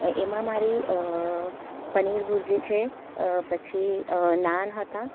એમાં મારી પનીર ભુર્જી છે પછી નાન હતા